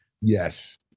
Yes